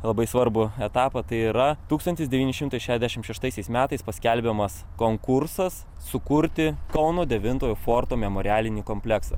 labai svarbų etapą tai yra tūkstantis devyni šimtai šešiasdešimt šeštaisiais metais paskelbiamas konkursas sukurti kauno devintojo forto memorialinį kompleksą